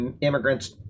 immigrants